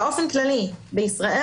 באופן כללי בישראל,